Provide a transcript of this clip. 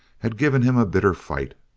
had given him a bitter fight.